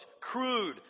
crude